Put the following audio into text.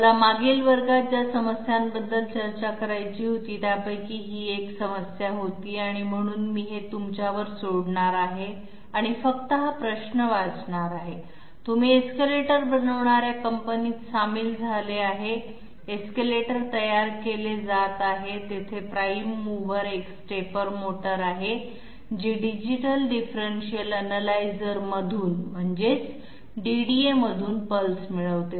मला मागील वर्गात ज्या समस्यांबद्दल चर्चा करायची होती त्यापैकी ही एक समस्या होती म्हणून मी हे तुमच्यावर सोडणार आहे आणि फक्त हा प्रश्न वाचणार आहे तुम्ही एस्केलेटर बनवणाऱ्या कंपनीत सामील झाले आहे एस्केलेटर तयार केले जात आहेत जेथे प्राइम मूव्हर एक स्टेपर मोटर आहे जी डिजिटल डिफरेंशियल अॅनालायझरमधून पल्स मिळवते